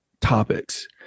topics